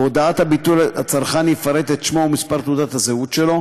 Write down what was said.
בהודעת הביטול הצרכן יפרט את שמו ואת מספר תעודת הזהות שלו,